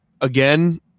again